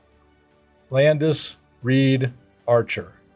landis reid archer